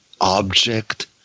object